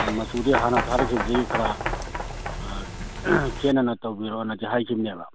ꯑꯗꯨ ꯃꯆꯨꯗꯤ ꯍꯥꯟꯅ ꯊꯥꯔꯛꯈꯤꯕꯗꯨꯗꯒꯤ ꯈꯔ ꯈꯦꯠꯅꯅ ꯇꯧꯕꯤꯔꯣꯑꯣꯅꯗꯤ ꯍꯥꯏꯈꯤꯕꯅꯦꯕ